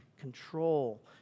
control